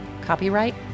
Copyright